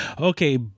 Okay